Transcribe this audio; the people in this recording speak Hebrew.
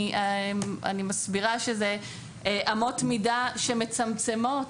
אני מסבירה שאלה אמות מידה שמצמצמות